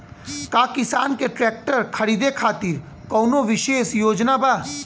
का किसान के ट्रैक्टर खरीदें खातिर कउनों विशेष योजना बा?